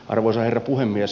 arvoisa herra puhemies